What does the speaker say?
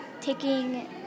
taking